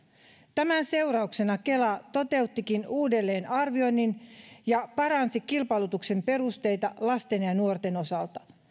tämän seurauksena kela toteuttikin uudelleenarvioinnin ja paransi kilpailutuksen perusteita lasten ja ja nuorten osalta